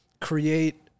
create